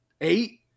eight